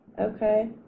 Okay